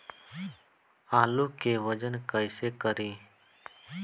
आलू के वजन कैसे करी?